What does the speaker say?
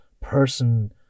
person